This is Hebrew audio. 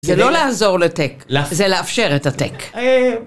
זה לא לעזור לטק, זה לאפשר את הטק.